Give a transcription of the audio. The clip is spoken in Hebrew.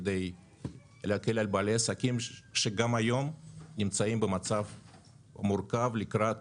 כדי להקל על בעלי העסקים שגם היום נמצאים במצב מורכב לקראת